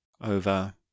over